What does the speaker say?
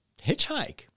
hitchhike